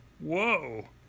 Whoa